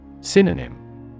Synonym